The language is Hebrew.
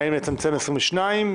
האם לצמצם ל-22,